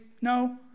No